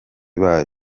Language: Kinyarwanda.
bayo